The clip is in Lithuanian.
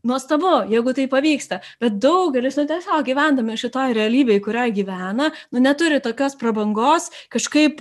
nuostabu jeigu tai pavyksta bet daugelis nu tiesiog gyvendami šitoj realybėj kurioj gyvena nu neturi tokios prabangos kažkaip